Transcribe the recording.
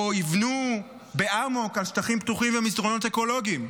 או יבנו באמוק על שטחים פתוחים ומסדרונות אקולוגיים.